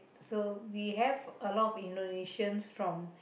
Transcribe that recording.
so we have a lot of Indonesians from